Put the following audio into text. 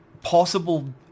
possible